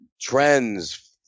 Trends